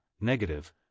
negative